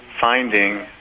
finding